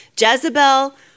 Jezebel